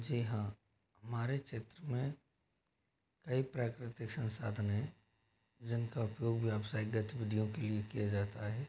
जी हाँ हमारे क्षेत्र में कई प्राकृतिक संसाधन हैं जिन का उपयोग व्यवसाय गतिविधियों के लिए किया जाता है